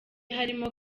harimo